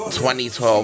2012